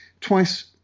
twice